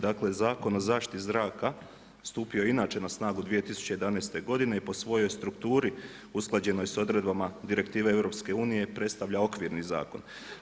Dakle, Zakon o zaštiti zraka stupio i inače na snagu 2011. godine i po svojoj strukturi usklađenoj sa odredbama Direktive EU predstavlja okvirni zakon.